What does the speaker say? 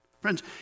Friends